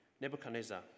Nebuchadnezzar